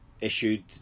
issued